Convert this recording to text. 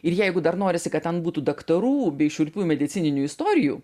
ir jeigu dar norisi kad ten būtų daktarų bei šiurpių medicininių istorijų